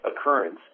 occurrence